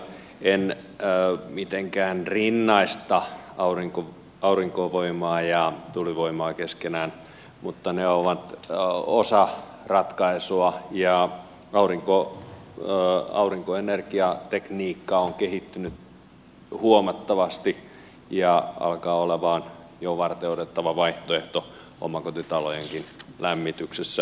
en mitenkään rinnasta aurinkovoimaa ja tuulivoimaa keskenään mutta ne ovat osa ratkaisua ja aurinkoenergiatekniikka on kehittynyt huomattavasti ja alkaa olemaan jo varteenotettava vaihtoehto omakotitalojenkin lämmityksessä